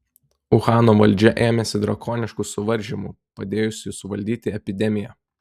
uhano valdžia ėmėsi drakoniškų suvaržymų padėjusių suvaldyti epidemiją